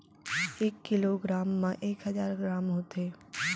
एक kilogram मा एक हजार ग्राम होथे